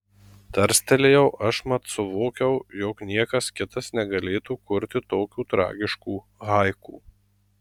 tarstelėjau aš mat suvokiau jog niekas kitas negalėtų kurti tokių tragiškų haiku